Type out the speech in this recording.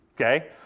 okay